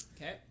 Okay